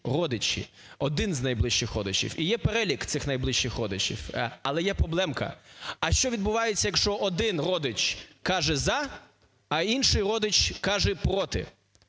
родичі, один з найближчих родичів і є перелік цих найближчих родичів. Але є проблемка, а що відбувається, якщо один родич каже – за, а інший каже – проти?